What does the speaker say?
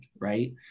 right